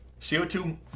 CO2